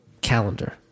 calendar